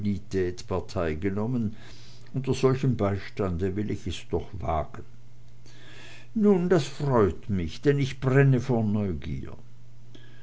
partei genommen unter solchem beistande will ich es doch wagen nun das freut mich denn ich brenne vor neugier